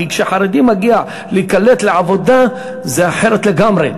כי כשחרדי מגיע להיקלט בעבודה זה אחרת לגמרי.